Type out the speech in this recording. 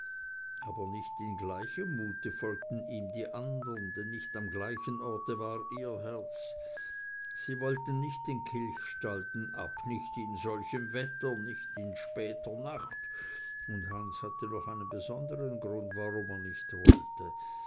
aber nicht in gleichem mute folgten ihm die andern denn nicht am gleichen orte war ihr herz sie wollten nicht den kilchstalden ab nicht in solchem wetter nicht in später nacht und hans hatte noch einen besondern grund warum er nicht wollte